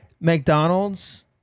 McDonald's